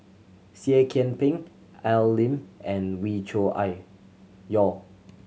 Seah Kian Peng Al Lim and Wee Cho Yaw